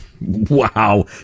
Wow